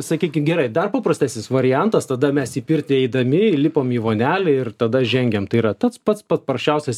sakykim gerai dar paprastesnis variantas tada mes į pirtį eidami įlipam į vonelę ir tada žengiam tai yra pats pats paprasčiausias